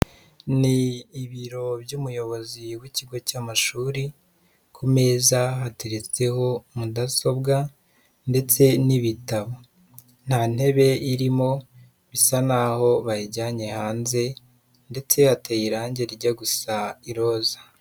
Ni ibiro by'umuyobozi w'ikigo cy'amashuri, ku meza hateretseho mudasobwa ndetse n'ibitabo, nta ntebe irimo bisa naho bayijyanye hanze ndetse hateye irangi rijya gusa iroza.